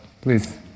please